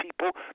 people